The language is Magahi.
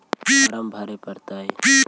फार्म भरे परतय?